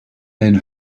den